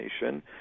nation